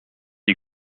die